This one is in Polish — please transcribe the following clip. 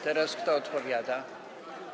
Teraz kto odpowiada?